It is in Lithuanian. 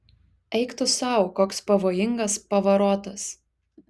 eik tu sau koks pavojingas pavarotas